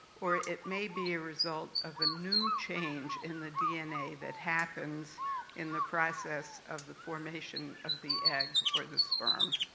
or it may be a result of a new change in the dna that happens in the process of the formation of the egg or the sperm.